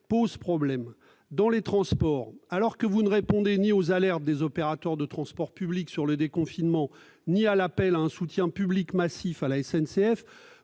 posent problème. Dans les transports, alors que vous ne répondez ni aux alertes des opérateurs de transport public sur le déconfinement ni à l'appel à un soutien public massif à la SNCF,